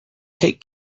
take